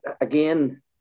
again